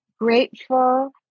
grateful